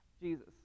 Jesus